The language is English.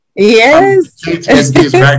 Yes